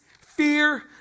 fear